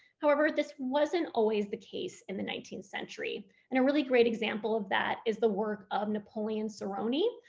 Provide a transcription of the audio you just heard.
however, this wasn't always the case in the nineteenth century and a really great example of that is the work of napoleon sarony,